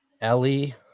Ellie